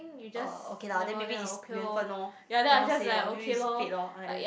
oh okay lah then maybe is 缘分 lor cannot say loh maybe it's fate loh